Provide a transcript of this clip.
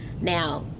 Now